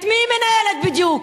את מי היא מנהלת בדיוק?